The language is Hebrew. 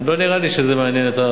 לא נראה לי שזה מעניין את,